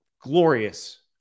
glorious